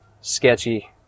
sketchy